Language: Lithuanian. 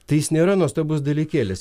tai jis nėra nuostabus dalykėlis